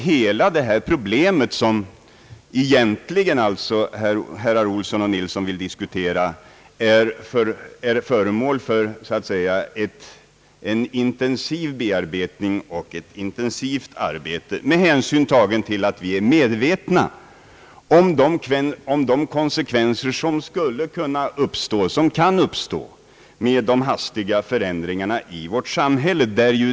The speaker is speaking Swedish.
Hela det problem som herrar Olsson och Nilsson egentligen vill diskutera är alltså föremål för en intensiv bearbetning, och vi är medvetna om de konsekvenser som kan följa av alla hastiga förändringar i vårt samhälle.